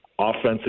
offensive